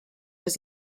his